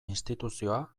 instituzioa